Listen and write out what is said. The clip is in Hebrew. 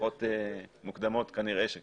משיחות מוקדמות כנראה שנדרשים,